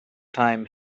time